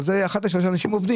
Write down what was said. אבל 100 מיליון שקל כבר לא